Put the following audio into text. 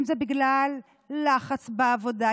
אם זה בגלל לחץ בעבודה,